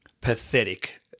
pathetic